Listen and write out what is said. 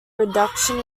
reduction